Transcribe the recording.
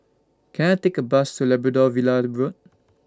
Can I Take A Bus to Labrador Villa Road